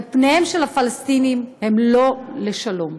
ופניהם של הפלסטינים לא לשלום.